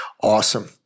Awesome